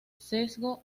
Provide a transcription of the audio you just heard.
sesgo